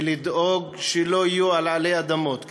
ולדאוג שלא יהיו עלי אדמות כאן,